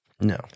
No